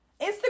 Instagram